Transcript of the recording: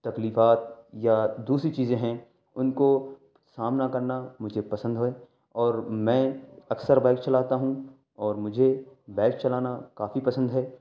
تکلیفات یا دوسری چیزیں ہیں ان کو سامنا کرنا مجھے پسند ہے اور میں اکثر بائک چلاتا ہوں اور مجھے بائک چلانا کافی پسند ہے